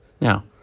Now